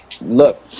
look